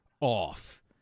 off